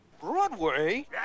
Broadway